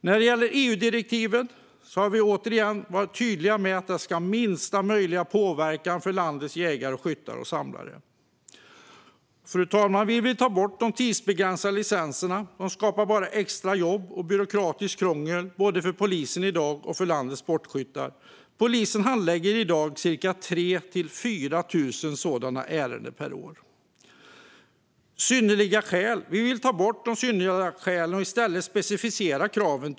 När det gäller EU-direktivet har vi återigen varit tydliga med att det ska vara minsta möjliga påverkan för landets jägare, skyttar och samlare. Fru talman! Vi vill ta bort de tidsbegränsade licenserna. De skapar i dag bara extra jobb och byråkratiskt krångel både för polisen och för landets sportskyttar. Polisen handlägger i dag ca 3 000-4 000 sådana ärenden per år. Vi vill ta bort de synnerliga skälen och i stället tydligt specificera kraven.